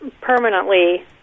permanently